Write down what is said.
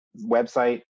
website